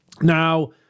Now